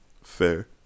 Fair